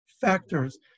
factors